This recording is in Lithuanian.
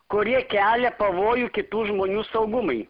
kurie kelia pavojų kitų žmonių saugumui